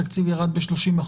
התקציב ירד ב-30%?